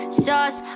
sauce